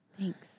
Thanks